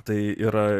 tai yra